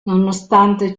nonostante